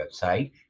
website